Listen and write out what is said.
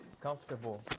Comfortable